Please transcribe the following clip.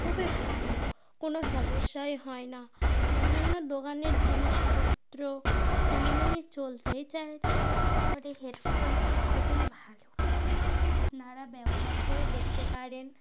খুবই ভালো কোনো সমস্যাই হয় না অন্যান্য দোকানের জিনিসপত্র কেমন জানি চলতেই চায় না বাট এই হেডফোনটা খুবই ভালো আপনারা ব্যবহার করে দেখতে পারেন